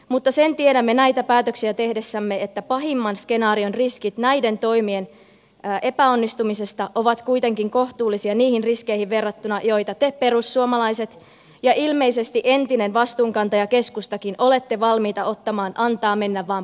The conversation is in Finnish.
mutta sen tiedämme näitä päätöksiä tehdessämme että pahimman skenaarion riskit näiden toimien epäonnistumisesta ovat kuitenkin kohtuullisia niihin riskeihin verrattuna joita te perussuomalaiset ja ilmeisesti entinen vastuunkantaja keskustakin olette valmiita ottamaan antaa mennä vaan politiikallanne